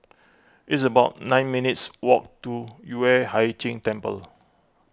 it's about nine minutes' walk to Yueh Hai Ching Temple